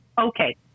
Okay